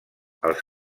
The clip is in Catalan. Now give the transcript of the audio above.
els